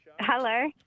Hello